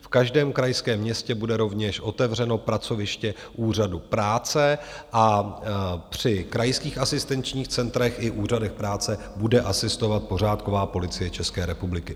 V každém krajském městě bude rovněž otevřeno pracoviště Úřadu práce a při krajských asistenčních centrech i úřadech práce bude asistovat pořádková Policie České republiky.